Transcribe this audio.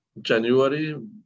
January